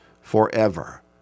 forever